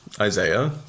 Isaiah